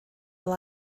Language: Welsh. fel